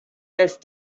test